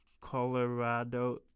Colorado